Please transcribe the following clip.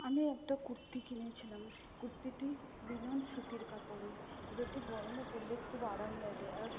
আমি একটা কুর্তি কিনেছিলাম কুর্তিটি লিনেন সুতির কাপড়ের যেটি গরমে পরলে খুব আরাম লাগে আর